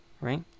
right